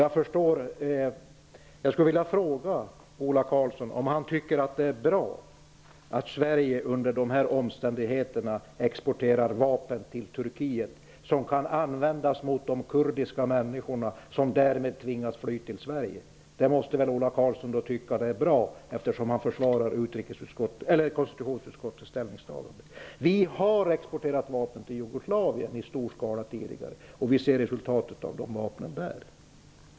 Jag skulle vilja fråga Ola Karlsson om han tycker att det är bra att Sverige under dessa omständigheter exporterar vapen till Turkiet vilka kan användas mot kurder som därmed tvingas fly till Sverige. Ola Karlsson måste väl tycka att det är bra, eftersom han försvarar konstitutionsutskottets ställningstagande. Vi har tidigare exporterat vapen i stor skala till Jugoslavien, och vi ser resultatet av de vapnen där.